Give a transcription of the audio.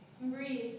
Breathe